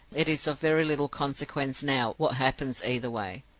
it is of very little consequence now what happens either way.